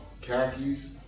khakis